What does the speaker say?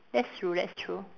that's true that's true